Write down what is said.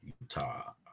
Utah